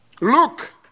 Look